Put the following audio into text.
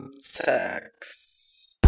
sex